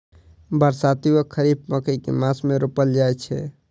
बरसाती वा खरीफ मकई केँ मास मे रोपल जाय छैय?